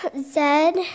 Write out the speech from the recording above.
Zed